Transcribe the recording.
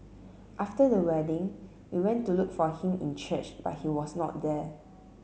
after the wedding we went to look for him in church but he was not there